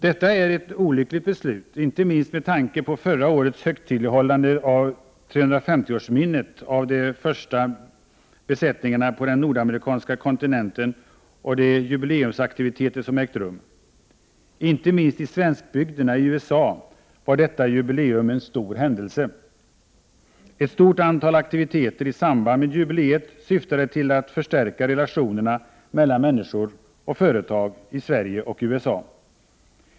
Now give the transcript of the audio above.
Detta är ett olyckligt beslut, inte minst med tanke på förra årets högtidlighållande av 350-årsminnet av de första besättningarna på den nordamerikanska kontinenten och de jubileumsaktiviteter som ägt rum. Inte minst i svenskbygderna i USA var detta jubileum en stor händelse. Ett stort antal aktiviteter i samband med jubileet syftade till att förstärka relationerna mellan människor och företag i Sverige och USA.